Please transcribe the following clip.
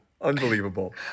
Unbelievable